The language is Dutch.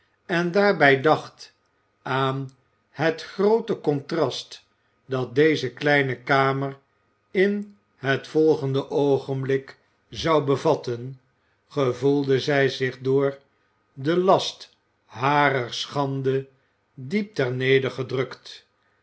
en daarbij dacht aan het groote contrast dat deze kleine kamer in het volgende oogenblik zou bevatten gevoelde zij zich door den last harer schande diep ter neder gedrukt